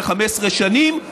ו-15 שנים.